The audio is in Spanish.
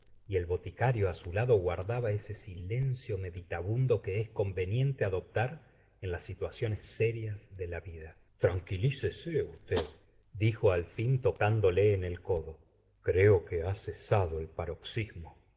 y el boticario á su lado guardaba ese silencio meditabundo que es conveniente adoptar en las situa ciones serias de la vida tranquilícese usted dijo al fin tocándole en el codo creo que ha cesado el paroxismo